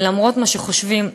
ולמרות מה שחושבים,